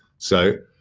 so,